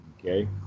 Okay